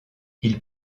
ils